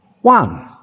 one